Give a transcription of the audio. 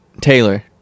Taylor